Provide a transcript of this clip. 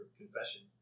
confession